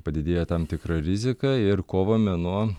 padidėja tam tikra rizika ir kovo mėnuo